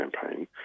Campaign